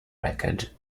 record